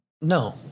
No